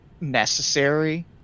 necessary